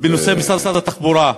בנושא משרד התחבורה.